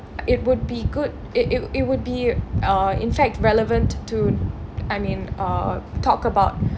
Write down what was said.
it would be good it it would be uh in fact relevant t~ to I mean uh talk about